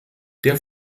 der